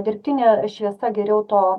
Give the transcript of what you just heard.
dirbtinė šviesa geriau to